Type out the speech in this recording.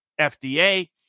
FDA